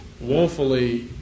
woefully